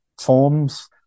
forms